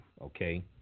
Okay